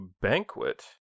banquet